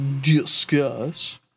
discuss